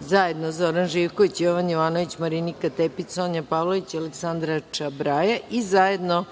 zajedno Zoran Živković, Jovan Jovanović, Marinika Tepić, Sonja Pavlović i Aleksandra Čabraja i zajedno